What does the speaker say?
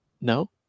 No